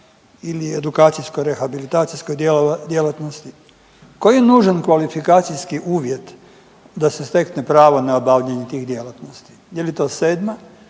ili edukacijsko rehabilitacijskoj djelatnosti koji je nužan kvalifikacijski uvjet da se stekne pravo na obavljanje tih djelatnosti. Je li to sedma